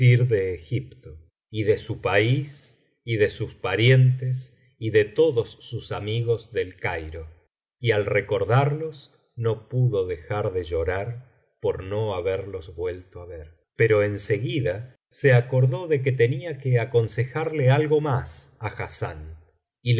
y de su país y de sus parientes y de todos sus amigos del cairo y al recordarlos no pudo dejar de llorar por no haberlos vuelto á ver pero en seguida se acordó de que tenía que aconsejarle algo más á hassán y